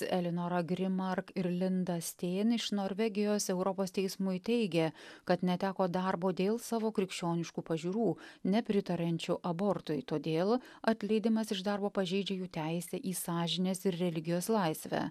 elinora grimark ir linda stein iš norvegijos europos teismui teigė kad neteko darbo dėl savo krikščioniškų pažiūrų nepritariančių abortui todėl atleidimas iš darbo pažeidžia jų teisę į sąžinės ir religijos laisvę